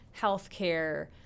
healthcare